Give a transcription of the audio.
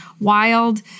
wild